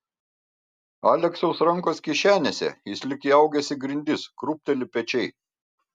aleksiaus rankos kišenėse jis lyg įaugęs į grindis krūpteli pečiai